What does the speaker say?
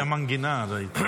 לפי המנגינה, ראיתי.